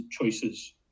choices